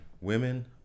women